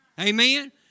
Amen